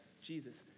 Jesus